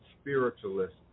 spiritualist